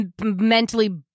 mentally